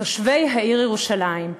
תושבי העיר ירושלים.